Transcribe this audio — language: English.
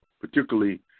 particularly